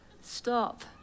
Stop